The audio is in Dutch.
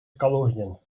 calorieën